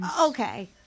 Okay